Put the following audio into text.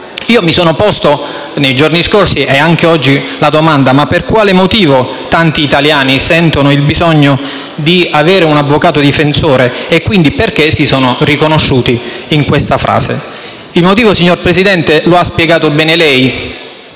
Io mi sono posto nei giorni scorsi, e anche oggi, la seguente domanda: per quale motivo tanti italiani sentono il bisogno di avere un avvocato difensore e, quindi, perché si sono riconosciuti in quella frase? Il motivo, signor Presidente, è stato da lei